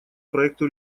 проекту